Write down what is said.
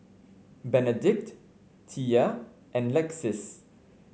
Benedict Thea and Lexis